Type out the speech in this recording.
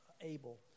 able